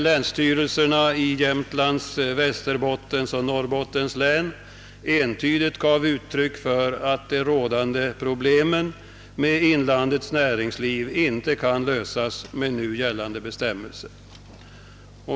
Länsstyrelserna i Jämtlands, Västerbottens och Norrbottens län gav då entydigt uttryck åt uppfattningen att de rådande problemen med inlandets näringsliv inte kan lösas med nu gällande bestämmelser.